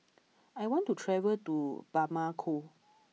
I want to travel to Bamako